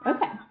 Okay